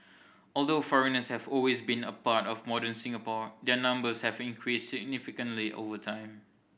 although foreigners have always been a part of modern Singapore their numbers have increased significantly over time